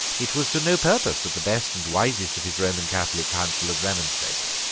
it was to no purpose that the best and wisest of his roman catholic counsellors remonstrated.